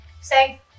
Say